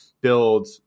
build